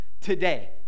today